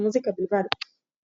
ומוזיקה בלבד.